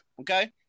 okay